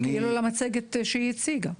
על המצגת שהיא הציגה.